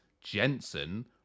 Jensen